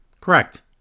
Correct